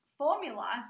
formula